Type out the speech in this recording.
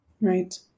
Right